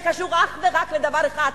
זה קשור אך ורק לדבר אחד: